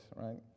right